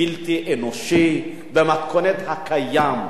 בלתי אנושי במתכונת הקיימת.